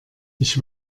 ich